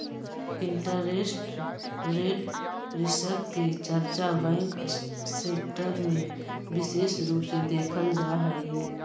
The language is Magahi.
इंटरेस्ट रेट रिस्क के चर्चा बैंक सेक्टर में विशेष रूप से देखल जा हई